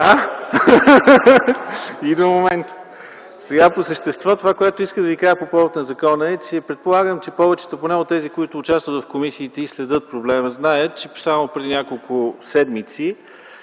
Идва моментът. По същество това, което исках да ви кажа по повод на закона е, че предполагам, че повечето поне от тези, които участват в комисиите и следят проблема знаят, че само преди няколко седмици